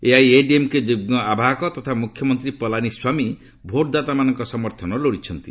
ଏଆଇଏଡିଏମ୍କେ ଯୁଗ୍ମ ଆବାହକ ତଥା ମୁଖ୍ୟମନ୍ତ୍ରୀ ପଲାନୀ ସ୍ୱାମୀ ଭୋଟଦାତାମାନଙ୍କ ସମର୍ଥନ ଲୋଡ଼ିଛନ୍ତି